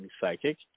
psychic